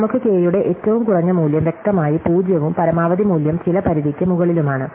നമുക്ക് K യുടെ ഏറ്റവും കുറഞ്ഞ മൂല്യം വ്യക്തമായി 0 ഉം പരമാവധി മൂല്യം ചില പരിധിക്ക് മുകളിലുമാണ്